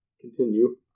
Continue